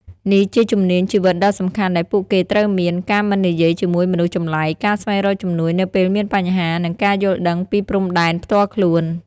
នេះជាជំនាញជីវិតដ៏សំខាន់ដែលពួកគេត្រូវមាន ការមិននិយាយជាមួយមនុស្សចម្លែក ការស្វែងរកជំនួយនៅពេលមានបញ្ហា និងការយល់ដឹងពីព្រំដែនផ្ទាល់ខ្លួន។